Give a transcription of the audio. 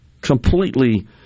completely